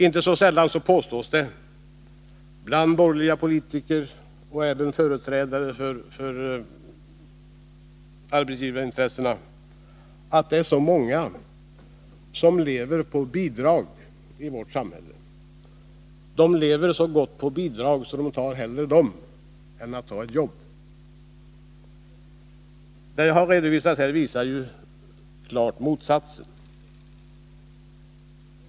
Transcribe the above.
Inte sällan påstår borgerliga politiker och även företrädare för arbetsgivarintressena att det är så många människor som lever på bidrag i vårt samhälle. Man menar att de lever så gott på bidrag att de hellre gör detta än att de tar ett jobb. Det som jag har redovisat här visar ju klart motsatsen.